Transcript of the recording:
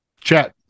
chat